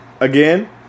again